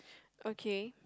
okay